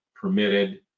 permitted